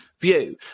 view